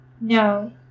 no